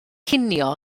cinio